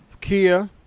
kia